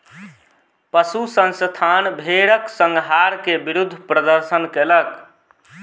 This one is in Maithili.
पशु संस्थान भेड़क संहार के विरुद्ध प्रदर्शन कयलक